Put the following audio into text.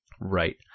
Right